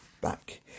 back